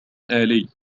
آلي